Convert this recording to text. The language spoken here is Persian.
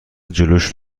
جلوش